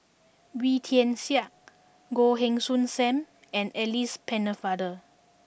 Wee Tian Siak Goh Heng Soon Sam and Alice Pennefather